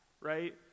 right